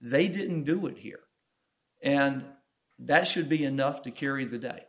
they didn't do it here and that should be enough to carry the day